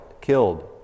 killed